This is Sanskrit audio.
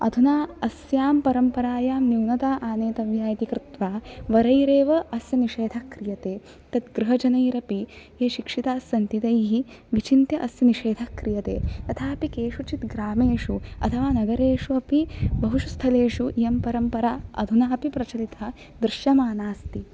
अधुना अस्यां परम्परायां न्यूनता आनेतव्या इति कृत्वा वरैरेव अस्य निषेधः क्रियते तद्गृहजनैरपि ये शिक्षिताः सन्ति तैः विचिन्त्य अस्य निषेधः क्रियते तथापि केषुचित् ग्रामेषु अथवा नगरेष्वपि बहुषु स्थलेषु इयं परम्परा अधुनापि प्रचलिता दृश्यमाना अस्ति